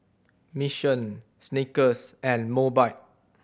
Mission Snickers and Mobike